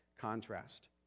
contrast